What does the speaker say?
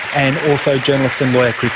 and also journalist and lawyer chris